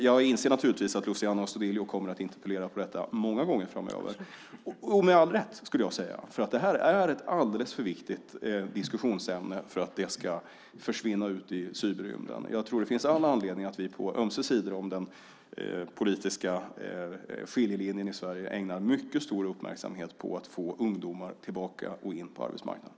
Jag inser naturligtvis att Luciano Astudillo kommer att interpellera om detta många gånger framöver - med all rätt, skulle jag vilja säga, för det här är ett alldeles för viktigt diskussionsämne för att försvinna ut i cyberrymden. Jag tror att det finns all anledning att vi på ömse sidor om den politiska skiljelinjen i Sverige ägnar mycket stor uppmärksamhet åt att få ungdomar tillbaka till och in på arbetsmarknaden.